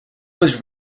was